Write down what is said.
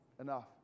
enough